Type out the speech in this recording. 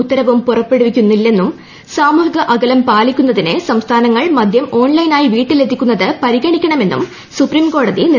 ഉത്തരവും പുറപ്പെടുവിക്കുന്നില്ലെന്നും സാമൂഹിക അകലം പാലിക്കുന്നതിന് സംസ്ഥാനങ്ങൾ മദ്യം ഓൺലൈനായി വീട്ടിലെത്തിക്കുന്നത് പരിഗണിക്കണമെന്ന് സുപ്രീം കോടതി നിർദ്ദേശിച്ചു